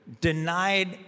Denied